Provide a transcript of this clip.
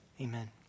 amen